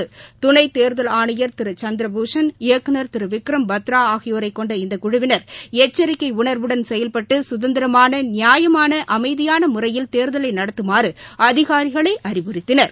திருவிக்ரம் துணைத்தேர்தல் ஆணையர் திருசந்திரபூஷன் இயக்குநர் பத்ராஆகியோரைகொண்ட இந்தகுமுவினர் எச்சரிக்கைஉணர்வுடன் செயல்பட்டுசுதந்திரமான நியாயமான அமைதியானமுறையில் தேர்தலைநடத்துமாறுஅதிகாரிகளைஅறிவுறுத்தினர்